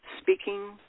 speaking